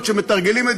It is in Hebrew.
תראו,